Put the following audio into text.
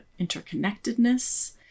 interconnectedness